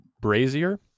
Brazier